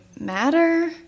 matter